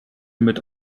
mit